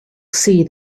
see